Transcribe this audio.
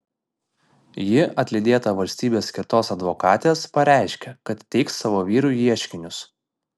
ji atlydėta valstybės skirtos advokatės pareiškė kad teiks savo vyrui ieškinius